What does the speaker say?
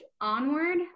onward